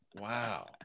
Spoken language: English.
wow